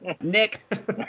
Nick